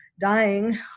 dying